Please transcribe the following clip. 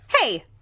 Hey